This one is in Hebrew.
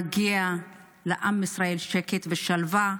מגיע לעם ישראל שקט ושלווה,